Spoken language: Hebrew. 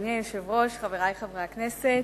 אדוני היושב-ראש, חברי חברי הכנסת,